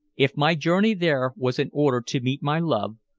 if my journey there was in order to meet my love,